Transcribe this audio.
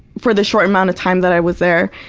for the short amount of time that i was there,